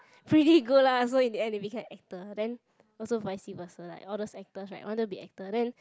pretty good lah so in the end they became actor then also vice versa like all those actors right wanted to be actor then